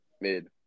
Mid